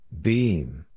Beam